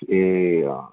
ए अँ